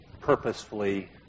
purposefully